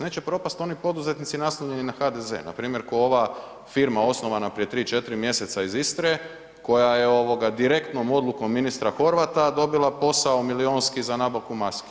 Neće propast oni poduzetnici naslonjeni na HDZ, npr. ko ova firma osnovana prije 3, 4 mj. iz Istre koja je direktnom odlukom ministra Horvata, dobila posao milijunski za nabavku maski.